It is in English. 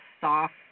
soft